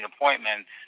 appointments